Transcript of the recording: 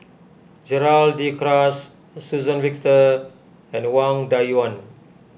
Gerald De Cruz Suzann Victor and Wang Dayuan